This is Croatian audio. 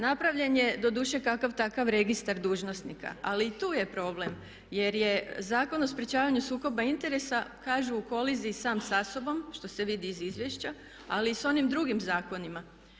Napravljen je doduše kakav takav registar dužnosnika ali i tu je problem jer je Zakon o sprječavanju sukoba interesa kažu u koliziji sam sa sobom što se vidi iz izvješća ali i s onim drugim zakonima.